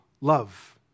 love